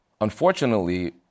unfortunately